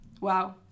Wow